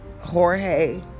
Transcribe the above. Jorge